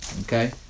Okay